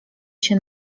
się